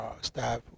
staff